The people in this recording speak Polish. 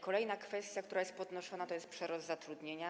Kolejna kwestia, która jest podnoszona, to jest przerost zatrudnienia.